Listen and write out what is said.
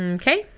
and okay?